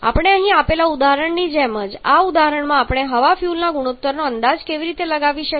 આપણે અહીં આપેલા ઉદાહરણની જેમ આ ઉદાહરણમાં આપણે હવા ફ્યુઅલના ગુણોત્તરનો અંદાજ કેવી રીતે લગાવી શકીએ